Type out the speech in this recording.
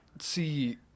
see